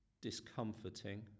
discomforting